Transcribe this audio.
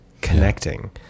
connecting